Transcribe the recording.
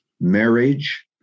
marriage